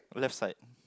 left side